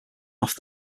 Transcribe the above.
off